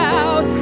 out